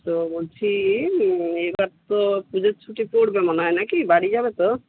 তো বলছি এবার তো পুজোর ছুটি পড়বে মনে হয় নাকি বাড়ি যাবে তো